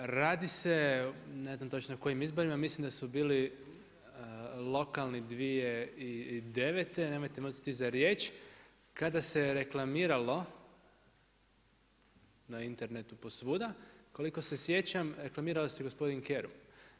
Radi se, ne znam točno na kojim izborima, mislim da su bili lokalni 2009. nemojte me uzeti za riječ, kada se reklamiralo na internetu, po svuda, koliko se sjećam, reklamirao se gospodin Kerum.